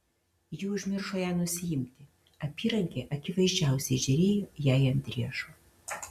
ji užmiršo ją nusiimti apyrankė akivaizdžiausiai žėrėjo jai ant riešo